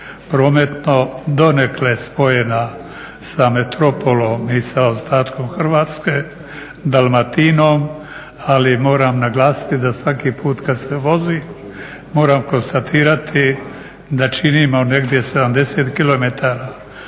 prometno donekle spojena sa metropolom i sa ostatkom Hrvatske, Dalmatinom. Ali moram naglasiti da svaki put kad se vozi moram konstatirati da činimo negdje 70 kilometara